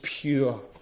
pure